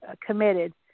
committed